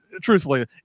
truthfully